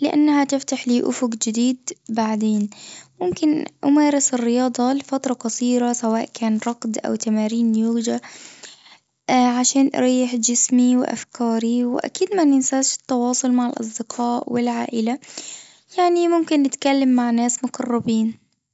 لإنها تفتح لي أفق جديدة بعدين، ممكن أمارس الرياضة لفترة قصيرة سواء كان رقد أو تمارين يوجا عشان أريح جسمي وأفكاري وأكيد ما ننساش التواصل مع الأصدقاء والعائلة، يعني ممكن نتكلم مع ناس مقربين.